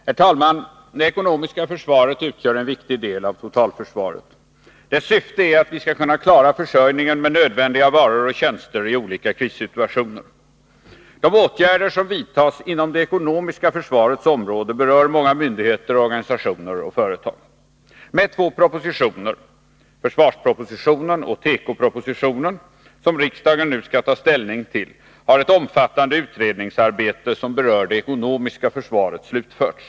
Herr talman! Det ekonomiska försvaret utgör en viktig del av totalförsvaret. Dess syfte är att vi skall kunna klara försörjningen med nödvändiga varor och tjänster i olika krissituationer. De åtgärder som vidtas inom det ekonomiska försvarets område berör många myndigheter, organisationer och företag. Med två propositioner — försvarspropositionen och tekopropositionen — som riksdagen nu skall ta ställning till har ett omfattande utredningsarbete som berör det ekonomiska försvaret slutförts.